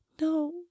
no